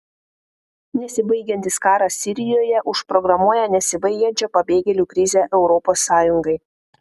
nesibaigiantis karas sirijoje užprogramuoja nesibaigiančią pabėgėlių krizę europos sąjungai